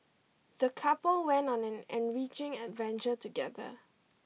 the couple went on an enriching adventure together